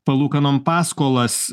palūkanom paskolas